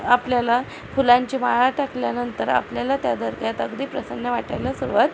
आपल्याला फुलांची माळा टाकल्यानंतर आपल्याला त्या दर्ग्यात अगदी प्रसन्न वाटायला सुरुवात